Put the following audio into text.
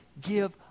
give